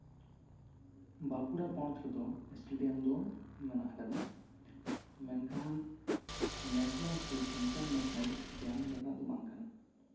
ᱵᱟᱸᱠᱩᱲᱟ ᱯᱚᱱᱚᱛ ᱨᱮᱫᱚ ᱮᱥᱴᱮᱰᱤᱭᱟᱢ ᱫᱚ ᱢᱮᱱᱟᱜ ᱟᱠᱟᱫᱟ ᱢᱮᱱᱠᱷᱟᱱ ᱱᱮᱥᱮᱱᱮᱞ ᱥᱮ ᱤᱱᱴᱟᱨ ᱱᱮᱥᱮᱱᱮᱞ ᱥᱴᱮᱰᱤᱭᱟᱢ ᱞᱮᱠᱟᱱᱟᱜ ᱫᱚ ᱵᱟᱝ ᱠᱟᱱᱟ